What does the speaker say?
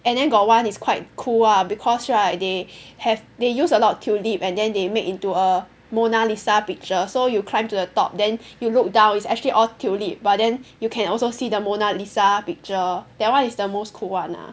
and then got one is quite cool lah because right they have they use a lot of tulip and then they made into a Mona Lisa picture so you climb to the top then you look down is actually all tulip but then you can also see the Mona Lisa picture that one is the most cool [one] lah